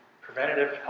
preventative